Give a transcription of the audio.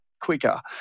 quicker